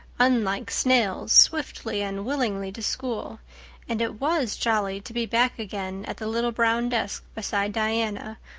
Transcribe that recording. unlike snails, swiftly and willingly to school and it was jolly to be back again at the little brown desk beside diana,